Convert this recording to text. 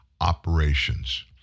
operations